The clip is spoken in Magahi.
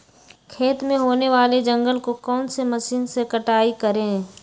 खेत में होने वाले जंगल को कौन से मशीन से कटाई करें?